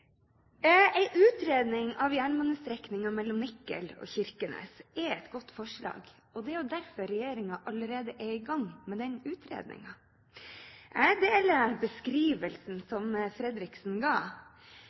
utredning av jernbanestrekningen mellom Nikel og Kirkenes er et godt forslag, og det er derfor regjeringen allerede er i gang med utredningen. Jeg deler beskrivelsen